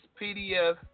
PDF